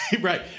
Right